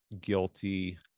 guilty